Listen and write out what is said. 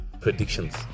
predictions